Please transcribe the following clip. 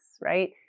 right